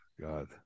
God